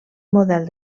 model